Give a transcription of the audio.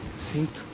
sake